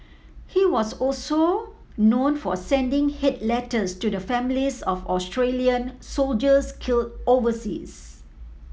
he was also known for sending hate letters to the families of Australian soldiers killed overseas